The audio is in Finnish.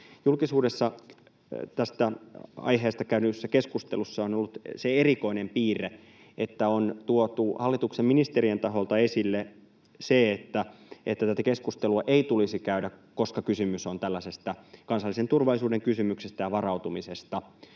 Julkisuudessa tästä aiheesta käydyissä keskusteluissa on ollut se erikoinen piirre, että on tuotu hallituksen ministerien taholta esille se, että tätä keskustelua ei tulisi käydä, koska kysymys on tällaisesta kansallisen turvallisuuden kysymyksestä ja varautumisesta.